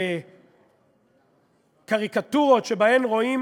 וקריקטורות שרואים